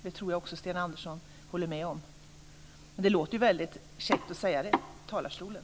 Jag tror att Sten Andersson håller med om det. Men det låter ju väldigt käckt att säga så i talarstolen.